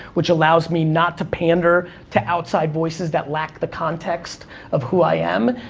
which allows me not to pander to outside voices that lack the context of who i am.